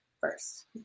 first